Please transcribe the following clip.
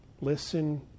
Listen